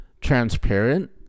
transparent